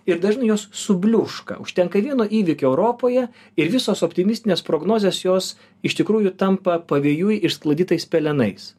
ir dažnai jos subliūška užtenka vieno įvykio europoje ir visos optimistinės prognozės jos iš tikrųjų tampa pavėjui išsklaidytais pelenais